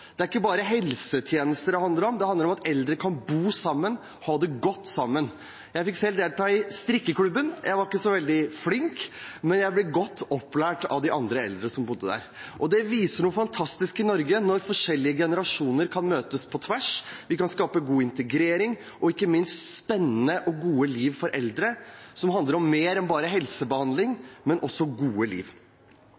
Det er ikke bare helsetjenester det handler om, det handler om at eldre kan bo sammen, ha det godt sammen. Jeg fikk selv delta i strikkeklubben. Jeg var ikke så veldig flink, men jeg ble godt opplært av de eldre som bodde der. Det viser noe fantastisk i Norge – når forskjellige generasjoner kan møtes på tvers. Det kan skape god integrering og ikke minst et spennende og godt liv for eldre, som handler om mer enn bare helsebehandling,